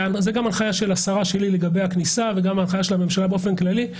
זאת גם הנחיית השרה שלי לגבי הכניסה וגם ההנחיה של הממשלה באופן כללי.